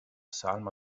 salma